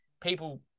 people